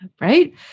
Right